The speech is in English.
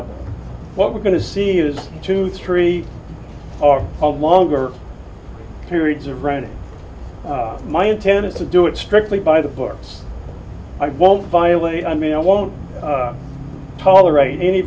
e what we're going to see is two three longer periods of my intended to do it strictly by the books i won't violate i mean i won't tolerate any